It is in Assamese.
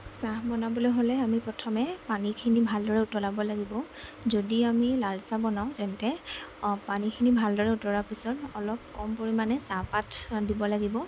চাহ বনাবলৈ হ'লে আমি প্ৰথমে পানীখিনি ভালদৰে উতলাব লাগিব যদি আমি লালচাহ বনাওঁ তেন্তে অঁ পানীখিনি ভালদৰে উতলাৰ পিছত অলপ কম পৰিমাণে চাহপাত দিব লাগিব